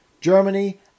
Germany